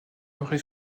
aurait